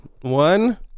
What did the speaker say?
One